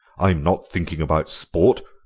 i'm not thinking about sport.